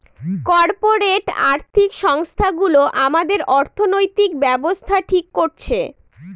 corporate আর্থিক সংস্থানগুলো আমাদের অর্থনৈতিক ব্যাবস্থা ঠিক করছে